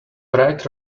bright